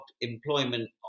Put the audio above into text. employment